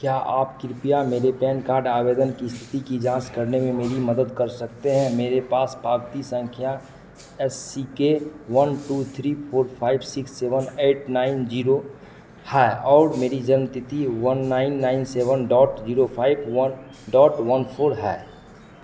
क्या आप कृपया मेरे पैन कार्ड आवेदन की स्थिति की जांच करने में मेरी मदद कर सकते हैं मेरे पास पावती संख्या A C K one two three four five six seven eight nine zero है और मेरी जन्म तिथि one nine nine seven dot zero five one dot one four है